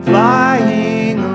Flying